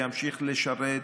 וימשיך לשרת,